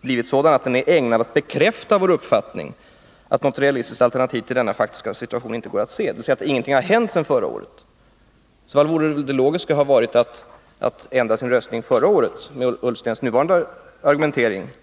blivit sådan att den är ägnad att bekräfta vår uppfattning att något realistiskt alternativ till denna faktiska situation inte går att se, dvs. att ingenting hänt sedan förra året. Det logiska borde ha varit att man ändrat sin röstning förra året, om man har utrikesministerns uppfattning.